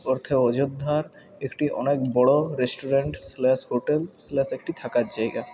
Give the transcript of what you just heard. অর্থে অযোধ্যার একটি অনেক বড় রেস্টুরেন্ট স্ল্যাশ হোটেল স্ল্যাশ একটি থাকার জায়গা